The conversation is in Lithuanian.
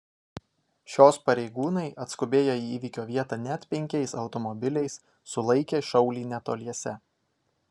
šios pareigūnai atskubėję į įvykio vietą net penkiais automobiliais sulaikė šaulį netoliese